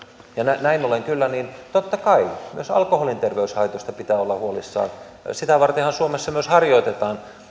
ja näin ollen kyllä totta kai myös alkoholin terveyshaitoista pitää olla huolissaan sitä vartenhan suomessa myös harjoitetaan tietyllä